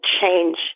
change